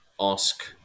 ask